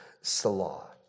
Salah